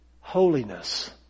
holiness